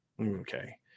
Okay